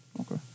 Okay